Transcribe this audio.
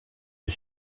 was